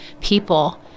people